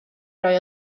roi